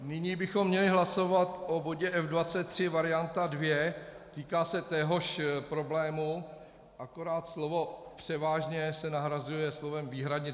Nyní bychom měli hlasovat o bodě F23 varianta II, týká se téhož problému, akorát slovo převážně se nahrazuje slovem výhradně.